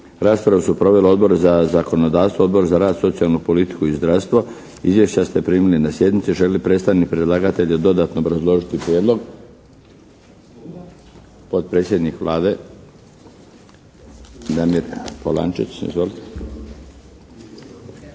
Raspravu su proveli Odbor za zakonodavstvo, Odbor za rad, socijalnu politiku i zdravstvo. Izvješća ste primili na sjednici. Želi li predstavnik predlagatelja dodatno obrazložiti Prijedlog? Potpredsjednik Vlade Damir Polančec. Izvolite. **Polančec,